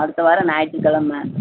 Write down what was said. அடுத்த வாரம் ஞாயித்துக்கெழம